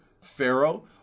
Pharaoh